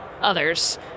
others